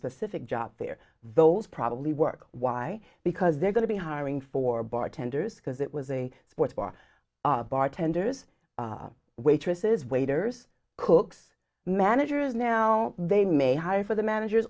specific job there those probably work why because they're going to be hiring for bartenders because it was a sports bar bartenders waitresses waiters cooks managers now they may hire for the managers